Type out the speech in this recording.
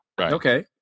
Okay